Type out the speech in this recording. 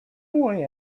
boy